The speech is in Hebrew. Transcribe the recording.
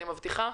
אני מבטיחה